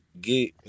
get